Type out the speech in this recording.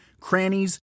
crannies